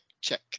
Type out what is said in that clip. check